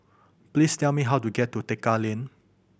please tell me how to get to Tekka Lane